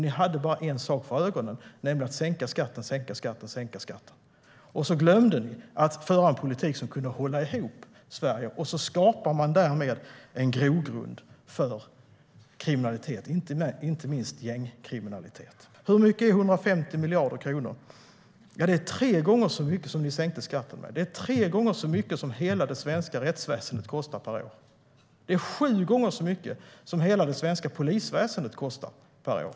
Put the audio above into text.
Ni hade bara en sak för ögonen, nämligen att hela tiden sänka skatten. Så glömde ni att föra en politik som kunde hålla ihop Sverige, och därmed skapar man en grogrund för kriminalitet, inte minst gängkriminalitet. Hur mycket är 150 miljarder kronor? Det är så mycket som ni sänkte skatten. Det är tre gånger så mycket som hela det svenska rättsväsendet kostar per år. Det är sju gånger så mycket som hela det svenska polisväsendet kostar per år.